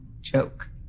joke